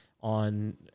on